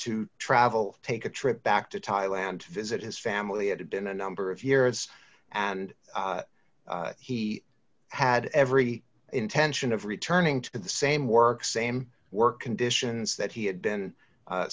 to travel take a trip back to thailand visit his family had been a number of years and he had every intention of returning to the same work same work conditions that he had been